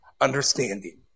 understanding